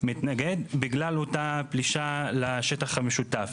מתנגד בגלל אותה פלישה לשטח המשותף.